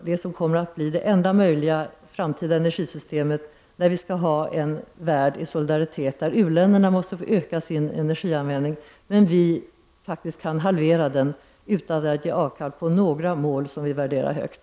Det kommer att bli det enda möjliga framtida energisystemet om vi skall ha en värld i solidaritet där u-länderna måste få öka sin energianvändning. Men vi kan faktiskt halvera vår energianvändning utan att göra avkall på några av de mål som vi värderar högt.